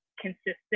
consistent